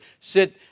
sit